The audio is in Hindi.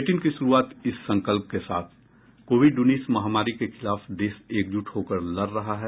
बुलेटिन की शुरूआत इस संकल्प के साथ कोविड उन्नीस महामारी के खिलाफ देश एकजुट होकर लड़ रहा है